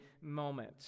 moment